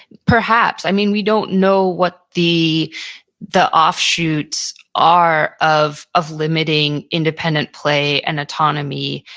perhaps. i mean, we don't know what the the offshoots are of of limiting independent play and autonomy,